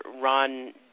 Ron